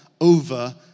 over